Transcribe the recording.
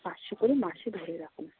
পাঁচশো করে মাসে ধরে রাখুন